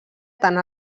tant